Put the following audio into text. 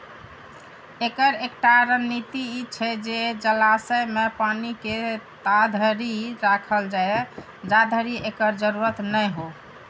एकर एकटा रणनीति ई छै जे जलाशय मे पानि के ताधरि राखल जाए, जाधरि एकर जरूरत नै हो